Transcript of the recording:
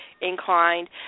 inclined